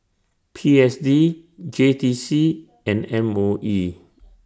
P S D J T C and M O E